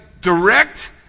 direct